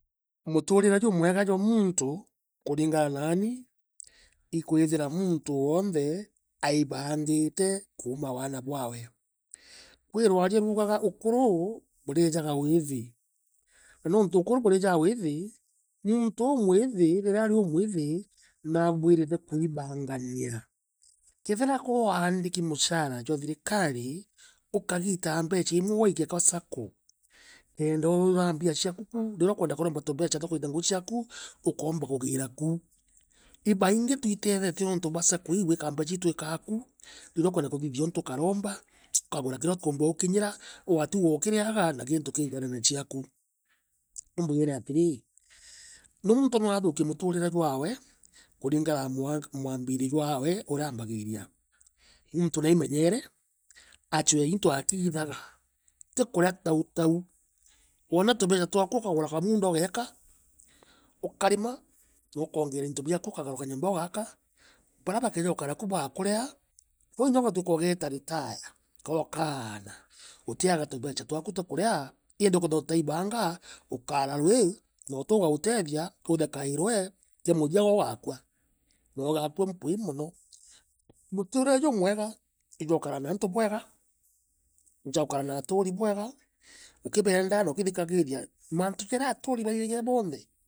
muturire jumwega jwa muntu kuringana nanii i kwithira muntu wonthe, aibangite kuuma waana bwaawe. Kwi rwaria ruugaga ukuru, buriijaga wiithi, na nuntu ukuru buriijaa withi, muuntu umwithi riria ari u mwithi, naabuirite kuibangania. Keethira koaandiki mushara jwa thirikari, ukagiitaa mbecha imwe ugaikia kwa saccoo, kenda wona mbia ciaku kuu riria ukwenda kuromba tumbecha twa kuita ngugi ciaku ukomba kugiira ku. I baingi twitethetie nuntu bwa saccoo ii igwiika mbecha ii twikaa ku riria ukwenda kuthithia untu ukaromba, ukagura kiria utikuumba ukinyira, waatigwa ukireaga na kintu kii njarene ciaku. Ambwire atirii. muntu no athuukie muturire jwaawe kuringana na mwambiirio jwaawe uriaaambagiiria. Muntu naimenyeere, achue into akiithaga, ti kurea tautau. Wona tubecha twaku ukagura kamuunda ugeeka, ukarima, nokoongeera into biaku, ukagura kanyoomba ugaaka, barea bakeja gukara ku baakurea, kou inya gwatuika ugeeta retire, kokaana. utiaga tubecha twaku twa kurea indi ukethea utaibanga. ukaara rwi, notii ugautethia, uthekairwe, kia muthia koogakua. Noogaakua mpwii mono. Mutuurire jumwega, ijwaukara na antu bwega, ijwaukara na aturi bwega, ukibendaa na ukithikagiiria mantu jarea aturi